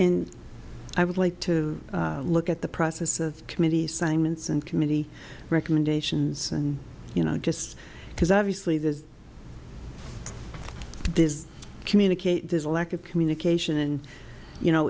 i would like to look at the process of committee simonds and committee recommendations and you know just because obviously there's this communicate there's a lack of communication and you know